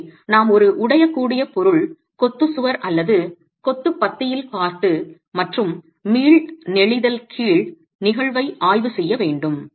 எனவே நாம் ஒரு உடையக்கூடிய பொருள் கொத்து சுவர் அல்லது கொத்து பத்தியில் பார்த்து மற்றும் மீள் நெளிதல் கீழ் நிகழ்வை ஆய்வு செய்ய வேண்டும்